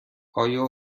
آیا